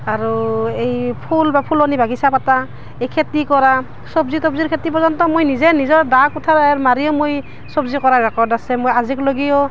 আৰু এই ফুল বা ফুলনি বাগিছা পাতা এই খেতি কৰা চব্জি তব্জিৰ খেতি পৰ্যন্ত মই নিজে নিজঅ দা কুঠাৰেৰ মাৰিয়ো মই চব্জি কৰাৰ ৰেকৰ্ড আছে মই আজি লৈকেও